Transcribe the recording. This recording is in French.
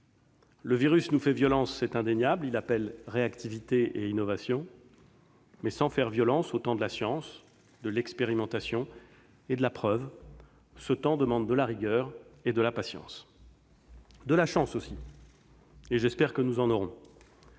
Le virus nous fait violence, c'est indéniable. Il appelle réactivité et innovation, mais sans faire violence au temps de la science, de l'expérimentation et de la preuve. Ce temps demande de la rigueur, de la patience, de la chance aussi- j'espère que nous en aurons